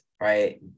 right